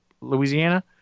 louisiana